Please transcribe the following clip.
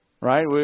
right